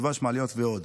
דבש ומעליות.